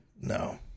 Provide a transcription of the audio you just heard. no